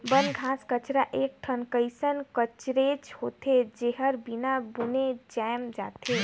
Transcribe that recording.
बन, घास कचरा एक ठन कइसन कचरेच होथे, जेहर बिना बुने जायम जाथे